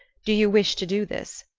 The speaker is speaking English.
do you wish to do this?